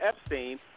Epstein